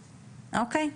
אוקיי.